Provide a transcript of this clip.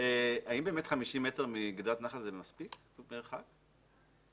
האם באמת 50 מטרים מגדת נחל זה מרחק מספיק?